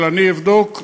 אבל אני אבדוק.